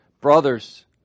brothers